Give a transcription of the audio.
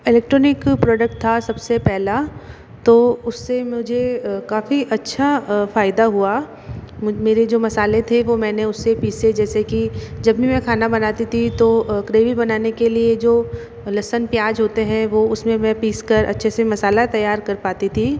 electronic product था सबसे पहला तो उससे मुझे काफ़ी अच्छा फ़ायदा हुआ मेरे जो मसाले थे वो मैंने उससे पीसे जैसे की जब भी मैं खाना बनाती थी तो ग्रेवी बनाने के लिए जो लस्सन प्याज होते हैं वो उसमें मैं पीस कर अच्छे से मसाला तैयार कर पाती थी